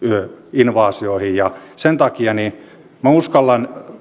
invaasioihin ja sen takia minä uskallan